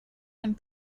and